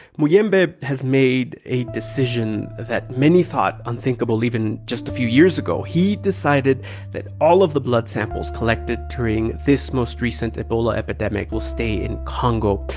muyembe but has made a decision that many thought unthinkable even just a few years ago. he decided that all of the blood samples collected during this most recent ebola epidemic will stay in congo.